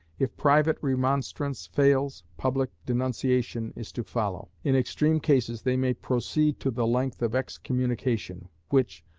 if private remonstrance fails, public denunciation is to follow in extreme cases they may proceed to the length of excommunication, which,